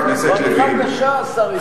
חבר הכנסת לוין, זו אמירה קשה, השר איתן.